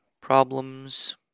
problems